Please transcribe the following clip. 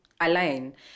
align